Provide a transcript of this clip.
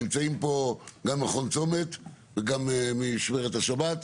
נמצאים פה נציגים ממכון צומת וממשמרת השבת.